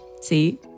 see